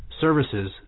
services